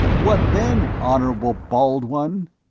what then, honorable bald one?